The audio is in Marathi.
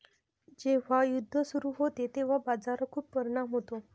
जेव्हा युद्ध सुरू होते तेव्हा बाजारावर खूप परिणाम होतो